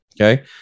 okay